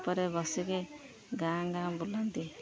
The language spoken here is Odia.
ଉପରେ ବସିକି ଗାଁ ଗାଁ ବୁଲନ୍ତି